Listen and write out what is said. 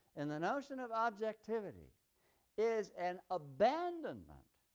in the notion of objectivity is an abandonment